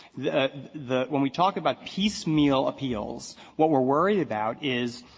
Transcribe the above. the the when we talk about piecemeal appeals, what we're worried about is,